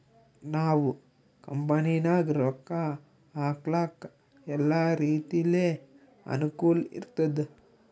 ನಾವ್ ಕಂಪನಿನಾಗ್ ರೊಕ್ಕಾ ಹಾಕ್ಲಕ್ ಎಲ್ಲಾ ರೀತಿಲೆ ಅನುಕೂಲ್ ಇರ್ತುದ್